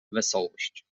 wesołość